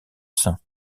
sein